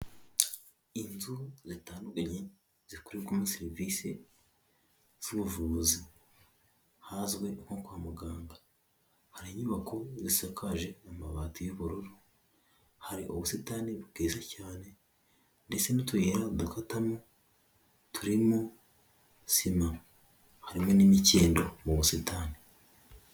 Inzu zitandukanye zikorerwamo serivisi z'ubuvuzi hazwi nko kwa muganga, hari inyubako zisakaje amabati y'ubururu, hari ubusitani bwiza cyane ndetse n'utuyira dukatamo turimo sima, harimo n'imikindo mu busitani.